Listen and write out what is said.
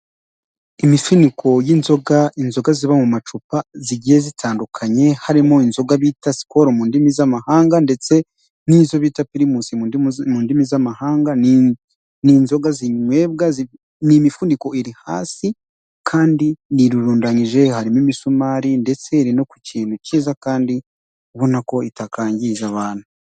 Imifuniko y'inzoga, inzoga ziba mu macupa zigiye zitandukanye, harimo inzoga bita sikolo mu ndimi z'amahanga, ndetse n'izo bita primus mu ndimi z'amahanga, ni inzoga zinywebwa, n'imifuniko iri hasi kandi irarundanyije harimo imisumari, ndetse iri no ku kintu cyiza, kandi ubona ko itakangiza abantu.